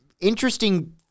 interesting